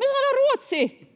[Oikealta: Ei